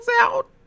out